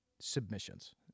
submissions